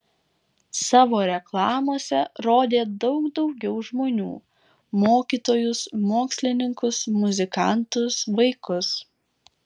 savo reklamose rodė daug daugiau žmonių mokytojus mokslininkus muzikantus vaikus